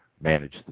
manage